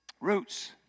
roots